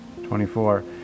24